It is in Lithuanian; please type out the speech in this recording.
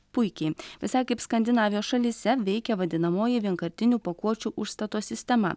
puiki visai kaip skandinavijos šalyse veikia vadinamoji vienkartinių pakuočių užstato sistema